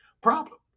problem